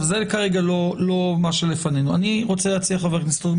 זה כרגע לא מה שלפנינו, חבר הכנסת רוטמן.